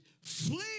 flee